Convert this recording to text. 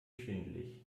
schwindelig